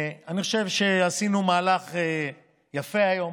אני חושב שעשינו מהלך יפה היום.